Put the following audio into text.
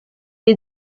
est